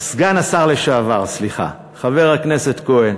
סגן השר לשעבר, סליחה, חבר הכנסת כהן,